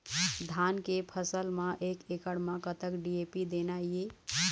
धान के फसल म एक एकड़ म कतक डी.ए.पी देना ये?